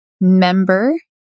member